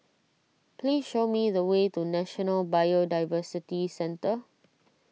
please show me the way to National Biodiversity Centre